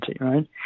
right